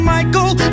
Michael